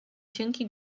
cienki